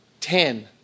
ten